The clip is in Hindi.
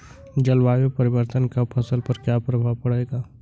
जलवायु परिवर्तन का फसल पर क्या प्रभाव पड़ेगा?